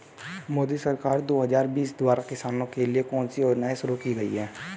मोदी सरकार दो हज़ार बीस द्वारा किसानों के लिए कौन सी योजनाएं शुरू की गई हैं?